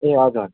ए हजुर